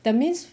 that means